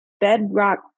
bedrock